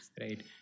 Right